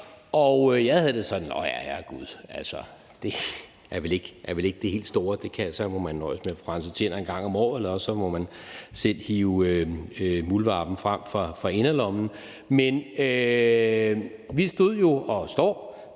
Jeg havde det sådan: Herregud, det er vel ikke det helt store; så må man nøjes med at få renset tænder en gang om året, eller også må man selv hive muldvarpen frem fra inderlommen. Men vi stod og står